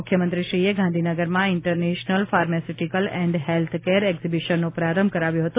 મુખ્યમંત્રીશ્રીએ ગાંધીનગરમાં international pharmaceutical and healthcare એકઝીબિશનનો પ્રારંભ કરાવ્યો હતો